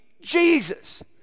jesus